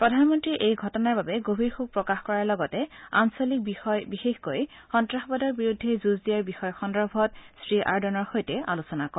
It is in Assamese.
প্ৰধানমন্ত্ৰীয়ে এই ঘটনাৰ বাবে গভীৰ শোক প্ৰকাশ কৰাৰ লগতে আঞ্চলিক বিষয় বিশেষকৈ সন্তাসবাদৰ বিৰুদ্ধে যুঁজ দিয়াৰ বিষয় সন্দৰ্ভত শ্ৰীআৰ্দনৰ সৈতে আলোচনা কৰে